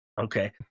Okay